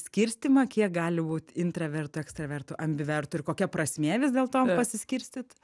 skirstymą kiek gali būt intravertų ekstravertų ambivertų ir kokia prasmė vis dėlto pasiskirstyt